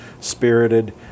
spirited